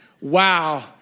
wow